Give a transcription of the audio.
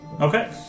Okay